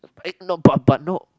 eh no but but no